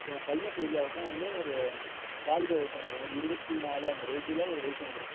பையன் சூரியாவுக்கும் வந்து ஒரு வாலிப வயது வந்திடும் ஒரு இருபத்தி நாலு அந்த ரேஞ்சில் ஒரு வயது வந்திடும்